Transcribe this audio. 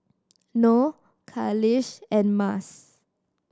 Noh Khalish and Mas